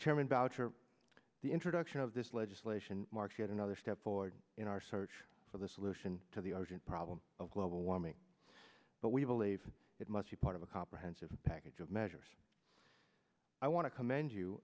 chairman boucher the introduction of this legislation marks yet another step forward in our search for the solution to the problem of global warming but we believe it must be part of a comprehensive package of measures i want to commend you